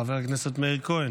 חבר הכנסת מאיר כהן,